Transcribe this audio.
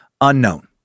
unknown